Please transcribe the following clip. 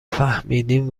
فهمیدیم